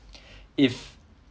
if